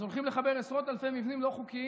אז הולכים לחבר לחשמל עשרות אלפי מבנים לא חוקיים